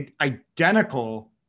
identical